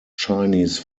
chinese